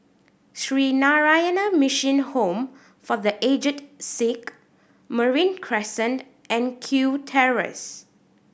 Sree Narayana Mission Home for The Aged Sick Marine Crescent and Kew Terrace